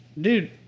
dude